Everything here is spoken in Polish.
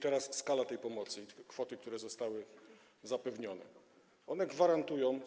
Teraz skala tej pomocy, kwoty, które zostały zapewnione, gwarantują.